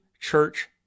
church